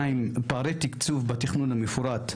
פערי תקצוב בתכנון המפורט,